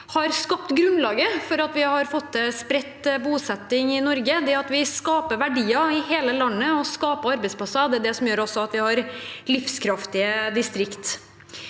som har skapt grunnlaget for at vi har fått til spredt bosetning i Norge. Det at vi skaper verdier i hele landet og skaper arbeidsplasser, er det som gjør at vi også har livskraftige distrikt.